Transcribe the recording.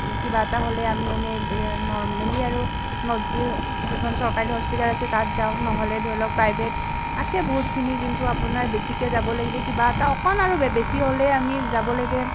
কিবা এটা হ'লে আমি এনেই নৰ্মেলি আৰু যিখন চৰকাৰী হস্পিটেল আছে তাত যাওঁ নহলে ধৰি লওক প্ৰাইভেট আছে বহুতখিনি কিন্তু আপোনাৰ বেছিকৈ যাব লাগিলে কিবা এটা অকণ আৰু বেছি হলেই আমি যাব লাগে